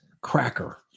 Cracker